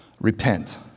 repent